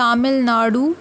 Tamil Nadu